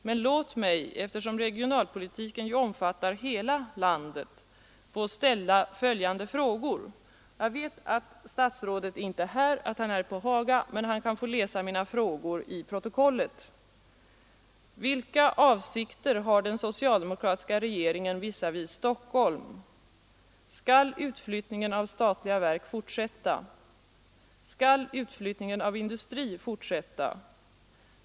Men låt mig, eftersom regionalpolitiken ju omfattar hela landet, få ställa följande frågor - jag vet att statsrådet inte är i kammaren utan på Haga, men han kan få läsa mina frågor i protokollet: Vilka avsikter har den socialdemokratiska regeringen visavi Stockholm? Skall utflyttningen av statliga verk fortsätta? Skall utflyttningen av industri fortsätta?